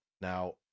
Now